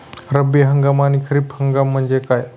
रब्बी हंगाम आणि खरीप हंगाम म्हणजे काय?